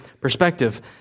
perspective